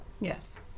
Yes